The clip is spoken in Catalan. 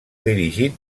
dirigit